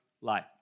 life